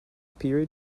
period